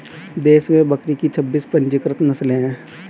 देश में बकरी की छब्बीस पंजीकृत नस्लें हैं